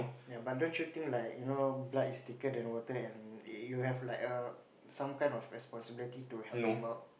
yea but don't you think like you know blood is thicker than water and you have like a some kind of responsibility to help him out